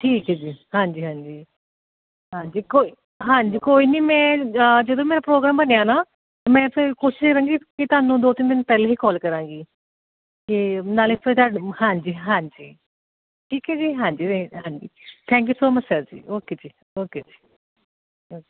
ਠੀਕ ਏ ਜੀ ਹਾਂਜੀ ਹਾਂਜੀ ਹਾਂ ਕੋ ਹਾਂਜੀ ਕੋਈ ਨਹੀਂ ਮੈਂ ਜਦੋਂ ਮੇਰਾ ਪ੍ਰੋਗਰਾਮ ਬਣਿਆ ਨਾ ਮੈਂ ਫਿਰ ਕੋਸ਼ਿਸ਼ ਕਰਾਂਗੀ ਕਿ ਤੁਹਾਨੂੰ ਦੋ ਤਿੰਨ ਦਿਨ ਪਹਿਲਾਂ ਹੀ ਕੋਲ ਕਰਾਂਗੀ ਕਿ ਨਾਲੇ ਫ਼ਿਰ ਹਾਂਜੀ ਹਾਂਜੀ ਠੀਕ ਏ ਜੀ ਹਾਂਜੀ ਹਾਂਜੀ thank you so much sir ਜੀ ਓਕੇ ਜੀ ਓਕੇ ਜੀ ਓ